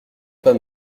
pas